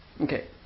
Okay